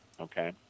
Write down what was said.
okay